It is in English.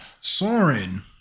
Soren